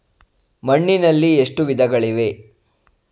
ಮಣ್ಣಿನಲ್ಲಿ ಎಷ್ಟು ವಿಧಗಳಿವೆ?